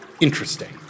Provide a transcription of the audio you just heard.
Interesting